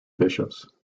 bishops